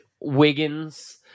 Wiggins